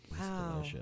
Wow